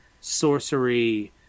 Sorcery